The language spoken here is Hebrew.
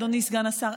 אדוני סגן השר.